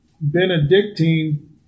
Benedictine